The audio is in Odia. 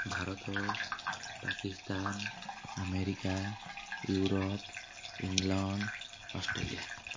Bharat Pakistan America Europe England Australia